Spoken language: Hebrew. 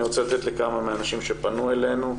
אני רוצה לתת לכמה מהאנשים שפנו אלינו.